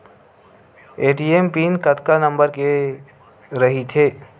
ATM pin कतका number के रही थे?